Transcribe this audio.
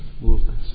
movements